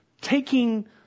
taking